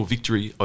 Victory